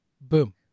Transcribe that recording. Boom